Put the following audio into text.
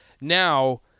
Now